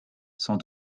sans